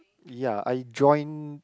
ya I join